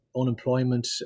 unemployment